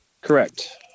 Correct